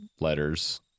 letters